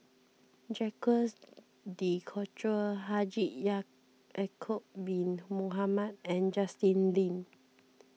Jacques De Coutre Haji Ya'Acob Bin Mohamed and Justin Lean